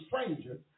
stranger